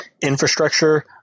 infrastructure